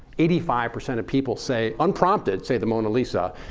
eighty five percent of people say unprompted say the mona lisa.